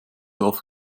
dorf